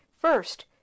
first